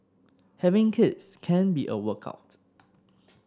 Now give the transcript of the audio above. having kids can be a workout